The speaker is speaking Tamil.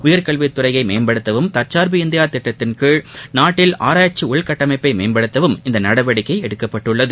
உயர்கல்வித் துறையை மேம்படுத்தவும் தற்சார்பு இந்தியா திட்டத்தின் கீழ் நாட்டில் ஆராய்ச்சி உள்கட்டமைப்பை மேம்படுத்தவும் இந்த நடவடிக்கை எடுக்கப்பட்டுள்ளது